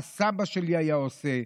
מה סבא שלי היה עושה?